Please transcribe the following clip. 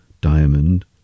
diamond